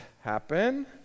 happen